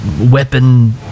weapon